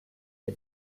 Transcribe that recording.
der